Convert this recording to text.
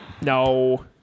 No